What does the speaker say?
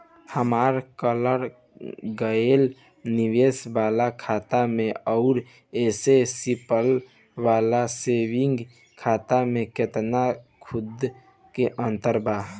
हमार करल गएल निवेश वाला खाता मे आउर ऐसे सिंपल वाला सेविंग खाता मे केतना सूद के अंतर बा?